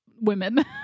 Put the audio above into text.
women